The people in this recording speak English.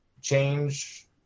change